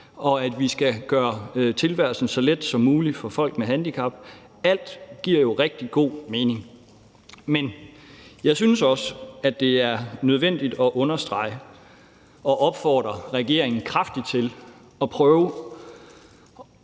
at vi skal gøre tilværelsen så let som muligt for folk med handicap, giver alt jo rigtig god mening. Men jeg synes også, det er nødvendigt at understrege – og det vil jeg opfordre regeringen kraftigt til – at vi